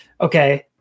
Okay